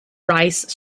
rice